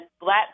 black